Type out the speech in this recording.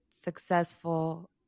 successful